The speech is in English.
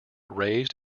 raised